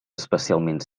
especialment